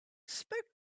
spoke